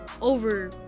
over